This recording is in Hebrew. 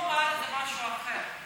פה בארץ זה משהו אחר.